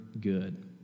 good